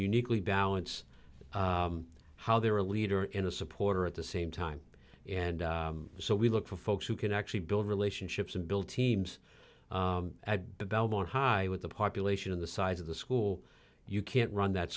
uniquely balance how they're a leader in a supporter at the same time and so we look for folks who can actually build relationships and bill teams at the belmont high with a population of the size of the school you can't run that